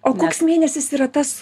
o koks mėnesis yra tas